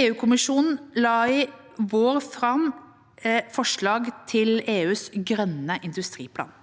EU-kommisjonen la i vår fram forslag til EUs grønne industriplan.